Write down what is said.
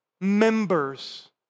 members